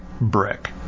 brick